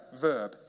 verb